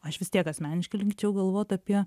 aš vis tiek asmeniškai linkčiau galvot apie